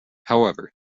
however